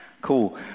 cool